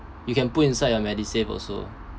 you can put inside your medisave also